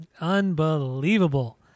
Unbelievable